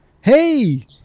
Hey